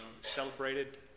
celebrated